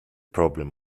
problem